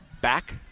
back